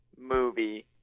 movie